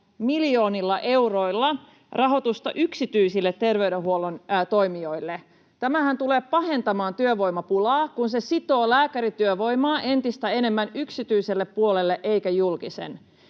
miljoonilla euroilla rahoitusta yksityisille terveydenhuollon toimijoille tulee pahentamaan työvoimapulaa, kun se sitoo lääkärityövoimaa entistä enemmän yksityiselle puolelle eikä julkiselle.